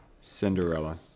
Cinderella